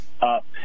up